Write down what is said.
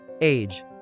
Age